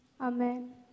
amen